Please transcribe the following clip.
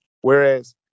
Whereas